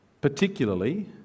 Particularly